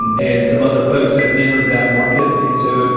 and and some other folks have entered that market. and so,